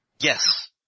Yes